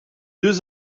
deux